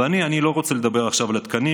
אני לא רוצה לדבר עכשיו על התקנים,